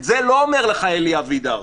את זה לא אומר לך אלי אבידר,